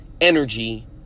energy